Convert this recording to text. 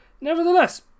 Nevertheless